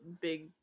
big